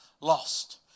lost